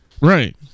Right